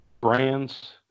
brands